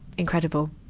incredible.